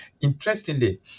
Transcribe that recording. Interestingly